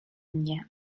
mnie